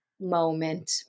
moment